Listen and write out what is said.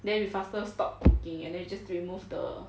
then we faster stop cooking and then just remove the